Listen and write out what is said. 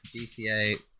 GTA